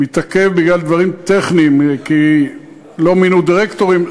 ומתעכב בגלל דברים טכניים, כי לא מינו דירקטורים.